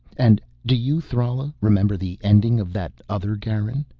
and do you, thrala, remember the ending of that other garan.